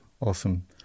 Awesome